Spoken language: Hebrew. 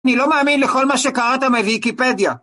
אני לא מאמין לכל מה שקראת מהוויקיפדיה